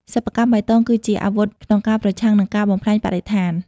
សិប្បកម្មបៃតងគឺជាអាវុធក្នុងការប្រឆាំងនឹងការបំផ្លាញបរិស្ថាន។